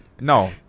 No